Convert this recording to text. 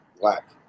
black